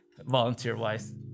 volunteer-wise